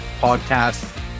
Podcast